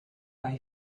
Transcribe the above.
bei